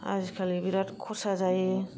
आजिखालि बिराद खरसा जायो